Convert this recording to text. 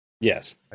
Yes